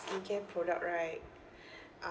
skincare product right uh